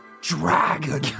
dragon